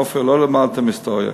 עפר, לא למדתם היסטוריה.